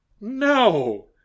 No